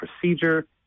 procedure